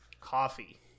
coffee